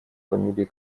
фамилии